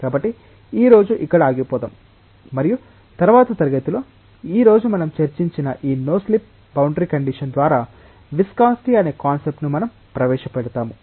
కాబట్టి ఈ రోజు ఇక్కడ ఆగిపోదాం మరియు తరువాతి తరగతిలో ఈ రోజు మనం చర్చించిన ఈ నో స్లిప్ బౌండరీ కండిషన్ ద్వారా విస్కాసిటి అనే కాన్సెప్ట్ ను ప్రవేశపెడతాము